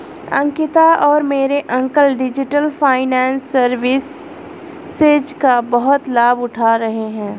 अंकिता और मेरे uncle digital finance services का बहुत लाभ उठा रहे हैं